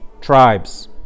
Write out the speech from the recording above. tribes